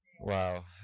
Wow